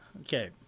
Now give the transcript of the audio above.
Okay